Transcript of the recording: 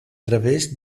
través